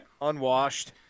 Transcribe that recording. unwashed